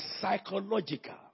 psychological